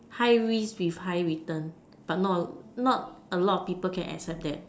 high risk with high return but not not a lot of people can accept that